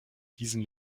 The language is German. diesen